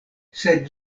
sed